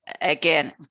again